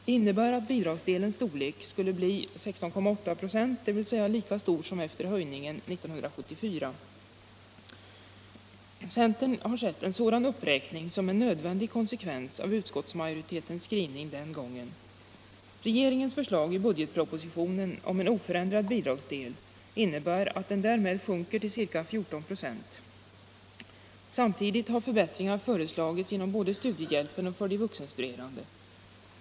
Det innebär att bidragsdelen skulle bli 16,8 26, dvs. lika stor som efter höjningen 1974. Centern har sett en sådan uppräkning som en nödvändig konsekvens av utskottsmajoritetens skrivning den gången. Regeringens förslag i budgetpropositionen om en oförändrad bidragsdel innebär att bidragsdelen sjunker till ca 14 96. Samtidigt har förbättringar föreslagits både inom studiehjälpen och för de vuxenstuderande.